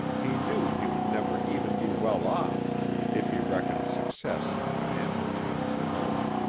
he knew he would never even be well off if he reckoned success in financial terms alone,